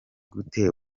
gute